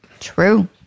True